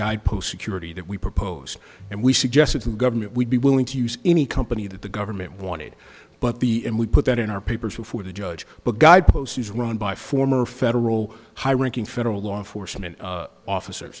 guidepost security that we proposed and we suggested to the government we'd be willing to use any company that the government wanted but the and we put that in our papers before the judge but guideposts is run by former federal high ranking federal law enforcement officers